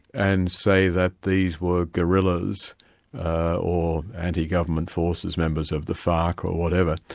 and say that these were guerillas or anti-government forces, members of the farc or whatever,